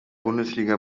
bundesliga